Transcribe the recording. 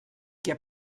què